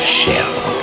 shell